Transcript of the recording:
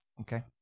okay